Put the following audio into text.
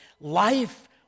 Life